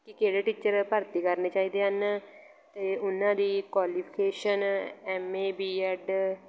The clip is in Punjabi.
ਕਿ ਕਿਹੜੇ ਟੀਚਰ ਭਰਤੀ ਕਰਨੇ ਚਾਹੀਦੇ ਹਨ ਅਤੇ ਉਹਨਾਂ ਦੀ qualification M A B add